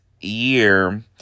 year